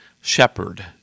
shepherd